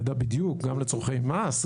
נדע בדיוק גם לצרכי מס,